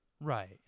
Right